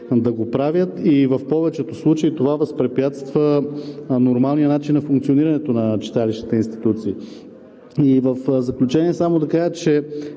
да го правят и в повечето случаи това възпрепятства нормалния начин на функционирането на читалищните институции. В заключение само да кажа, че